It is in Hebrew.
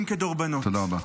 תודה רבה.